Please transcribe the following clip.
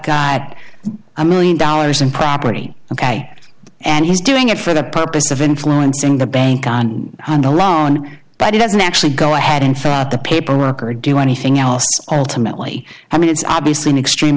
got a million dollars in property ok and he's doing it for the purpose of influencing the bank and the law but he doesn't actually go ahead and file the paperwork or do anything else to mentally i mean it's obviously an extreme